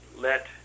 let